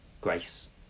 Grace